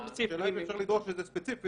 השאלה אם אפשר לדרוש את זה ספציפית.